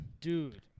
Dude